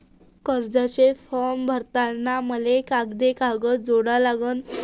कर्जाचा फारम भरताना मले कोंते कागद जोडा लागन?